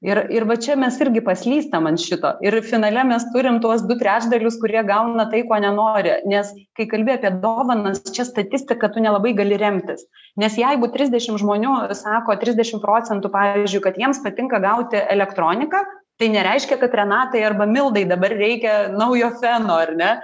ir ir va čia mes irgi paslystam ant šito ir finale mes turim tuos du trečdalius kurie gauna tai ko nenori nes kai kalbi apie dovanas čia statistika tu nelabai gali remtis nes jeigu trisdešim žmonių sako trisdešim procentų pavyzdžiui kad jiems patinka gauti elektroniką tai nereiškia kad renatai arba mildai dabar reikia naujo feno ar ne